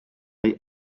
neu